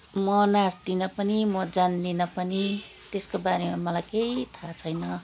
म नाच्दिनँ पनि म जान्दिनँ पनि त्यसको बारेमा मलाई केही थाहा छैन